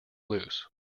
loose